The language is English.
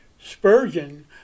Spurgeon